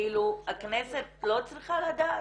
הכנסת לא צריכה לדעת?